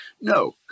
No